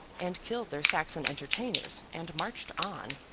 and killed their saxon entertainers, and marched on.